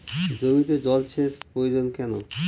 জমিতে জল সেচ প্রয়োজন কেন?